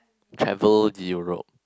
travel to Europe